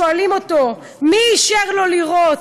שואלים אותו: מי אישר לו לירות?